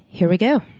here we go.